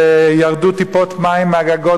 וירדו טיפות מים מהגגות,